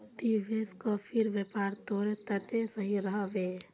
देवेश, कॉफीर व्यापार तोर तने सही रह बे